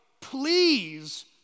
please